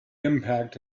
impact